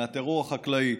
מהטרור החקלאי,